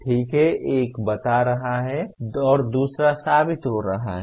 ठीक है एक बता रहा है और दूसरा साबित हो रहा है